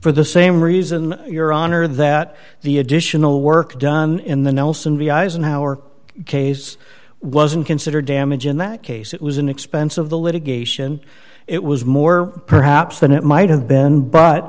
for the same reason your honor that the additional work done in the nelson b eisenhower case wasn't considered damage in that case it was an expense of the litigation it was more perhaps than it might have been but